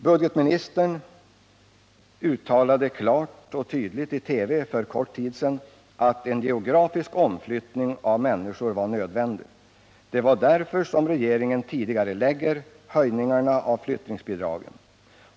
Budgetministern uttalade klart och tydligt i TV för kort tid sedan att en geografisk omflyttning av människor var nödvändig och att det är därför som regeringen tidigarelägger höjningarna av flyttningsbidragen.